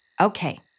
Okay